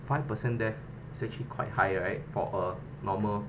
five percent death is actually quite high right for a normal